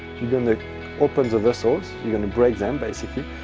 you're going to open the vessels. you're going to break them, basically.